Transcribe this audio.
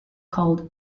called